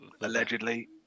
allegedly